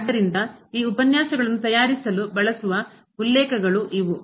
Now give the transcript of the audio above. ಆದ್ದರಿಂದ ಈ ಉಪನ್ಯಾಸಗಳನ್ನು ತಯಾರಿಸಲು ಬಳಸುವ ಉಲ್ಲೇಖಗಳು ಇವು